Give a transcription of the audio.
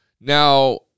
Now